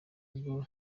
bwo